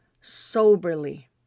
soberly